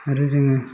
आरो जोङो